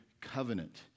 covenant